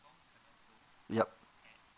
yup